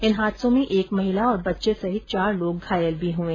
इन हादसों में एक महिला और बच्चे सहित चार लोग घायल हो गये